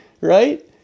right